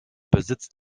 besitzt